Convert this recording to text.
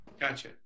Gotcha